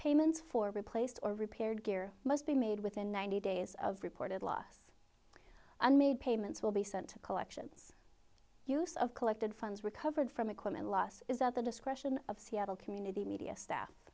payments for replaced or repaired gear must be made within ninety days of reported loss and made payments will be sent to collections use of collected funds recovered from equipment loss is at the discretion of seattle community media staff